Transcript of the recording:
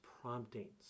promptings